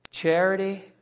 Charity